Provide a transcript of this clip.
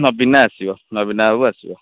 ନବୀନା ଆସିବ ନବୀନା ବାବୁ ଆସିବ